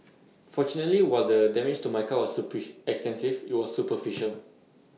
fortunately while the damage to my car was push extensive IT was superficial